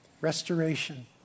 Restoration